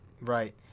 Right